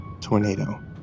tornado